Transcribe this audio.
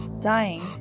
Dying